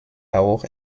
auch